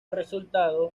resultado